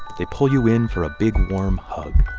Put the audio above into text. they pull you in for a big, warm hug